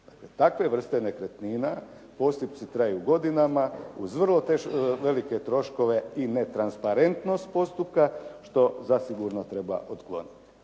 takve vrste nekretnina postupci traju godinama uz vrlo velike troškove i netransparentnost postupka što zasigurno treba otkloniti.